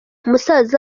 musaza